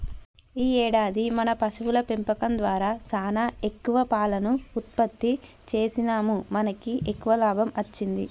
ఈ ఏడాది మన పశువుల పెంపకం దారా సానా ఎక్కువ పాలను ఉత్పత్తి సేసినాముమనకి ఎక్కువ లాభం అచ్చింది